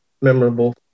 memorable